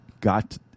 got